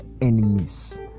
enemies